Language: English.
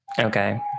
Okay